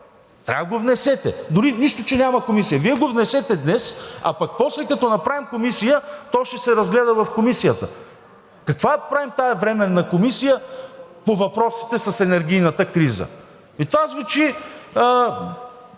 трябва да го внесете. Дори нищо, че няма комисия. Вие го внесете днес, а пък после, като направим комисия, той ще се разгледа в комисията. Какво я правим тази временна комисия по въпросите с енергийната криза? Ами това звучи…